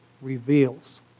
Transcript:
reveals